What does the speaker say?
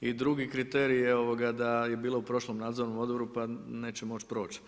i drugi kriterij je da je bila u prošlom nadzornom odboru pa neće moći proći.